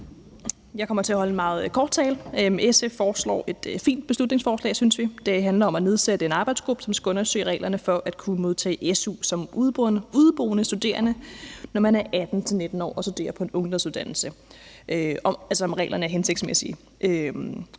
Jeg kommer til at holde en meget kort tale. Vi synes, at SF fremsætter et fint beslutningsforslag. Det handler om at nedsætte en arbejdsgruppe, som skal undersøge, om reglerne for at kunne modtage su som udeboende studerende, når man er 18-19 år og studerer på en ungdomsuddannelse, er hensigtsmæssige.